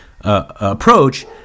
approach